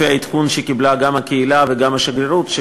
לפי העדכון שקיבלו גם הקהילה וגם השגרירות,